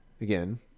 Again